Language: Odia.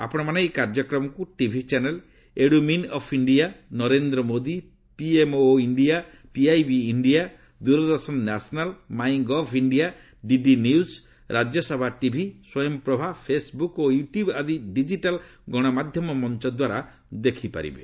ଆପଣମାନେ ଏହି କାର୍ଯ୍ୟକ୍ରମକୁ TV channel edu min of India Narendra Modi PMO India PIB India Doordarshan national my gov India DD news Rajya Sabha TV Swayam Prabha Facebook ଓ ୟୁ ଟୁବ ଆଦି ଡିଜିଟାଲ ଗଣମାଧ୍ୟମ ମଞ୍ଚ ଦ୍ୱାରା ଦେଖିପାରିବେ